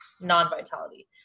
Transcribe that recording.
non-vitality